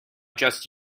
just